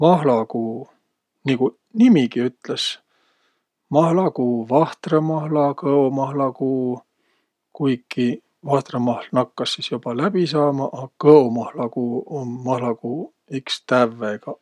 Mahlakuu, niguq nimigi ütles – mahla kuu, vahtrõmahla, kõomahla kuu. Kuiki vahtrõmahl nakkas sis joba läbi saama, a kõomahla kuu um mahlakuu iks tävvegaq.